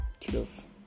Cheers